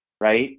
right